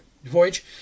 Voyage